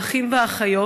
האחים והאחיות.